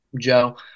Joe